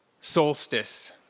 solstice